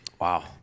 wow